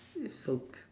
that's so